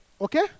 okay